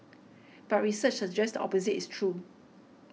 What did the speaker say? but research suggests opposite is true